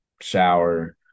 shower